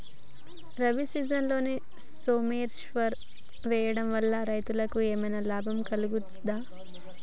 రబీ సీజన్లో సోమేశ్వర్ వేయడం వల్ల రైతులకు ఏమైనా లాభం కలుగుద్ద?